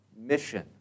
mission